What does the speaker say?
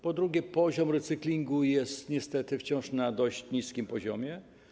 Po drugie, recykling jest niestety wciąż na dość niskim poziomie.